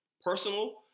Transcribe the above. personal